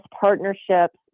partnerships